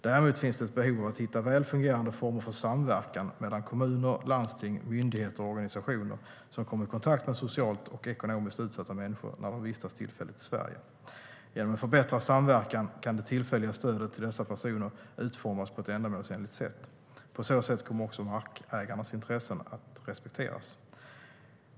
Däremot finns det ett behov av att hitta väl fungerande former för samverkan mellan kommuner, landsting, myndigheter och organisationer som kommer i kontakt med socialt och ekonomiskt utsatta människor när de vistas tillfälligt i Sverige. Genom en förbättrad samverkan kan det tillfälliga stödet till dessa personer utformas på ett ändamålsenligt sätt. På så sätt kommer också markägarnas intressen att respekteras.